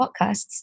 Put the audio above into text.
podcasts